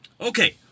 Okay